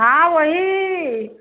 हाँ वही